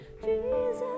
Jesus